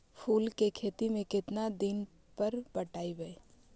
फूल के खेती में केतना दिन पर पटइबै?